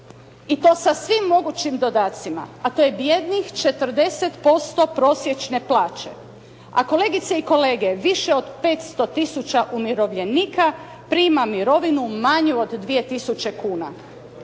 i to sa svim mogućim dodacima, a to je bijednih 40% prosječne plaće. A kolegice i kolege, više od 500 tisuća umirovljenika prima mirovinu manju od 2000 kuna.